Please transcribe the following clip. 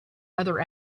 other